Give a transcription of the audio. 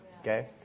Okay